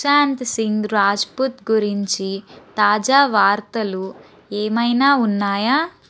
శాంత్సింగ్ రాజ్పుత్ గురించి తాజా వార్తలు ఏమైనా ఉన్నాయా